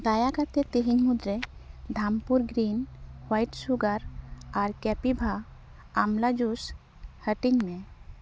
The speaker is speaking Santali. ᱫᱟᱭᱟ ᱠᱟᱛᱮᱫ ᱛᱤᱦᱤᱧ ᱢᱩᱫᱽᱨᱮ ᱫᱷᱟᱢᱯᱩᱨ ᱜᱨᱤᱱ ᱦᱳᱣᱟᱭᱤᱴ ᱥᱩᱜᱟᱨ ᱟᱨ ᱠᱮᱯᱤᱵᱷᱟ ᱟᱢᱞᱟ ᱡᱩᱥ ᱦᱟᱹᱴᱤᱧ ᱢᱮ